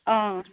অঁ